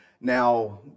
Now